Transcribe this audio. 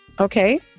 okay